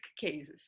cases